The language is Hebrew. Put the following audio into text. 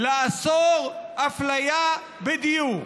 לאסור אפליה בדיור,